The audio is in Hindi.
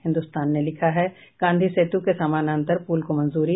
हिन्दुस्तान ने लिखा है गांधी सेतु के समानांतर पुल को मंजूरी